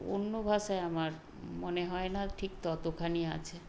অন্য ভাষায় আমার মনে হয় না ঠিক ততখানি আছে